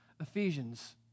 Ephesians